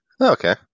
Okay